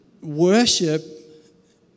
Worship